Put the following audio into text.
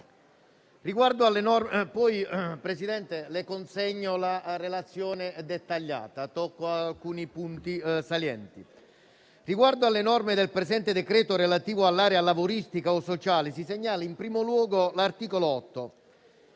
Riguardo alle norme del presente decreto relative all'area lavoristica o sociale, si segnala, in primo luogo, l'articolo 8.